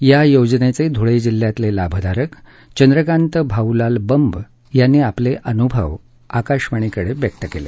या योजनेचे धुळे जिल्ह्यातले लाभधारक चंद्रकांत भाऊलाल बंब यांनी आपले अनुभव आकाशवाणीकडे व्यक्त केले